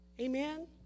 Amen